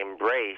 embrace